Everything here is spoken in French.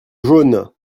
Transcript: jaune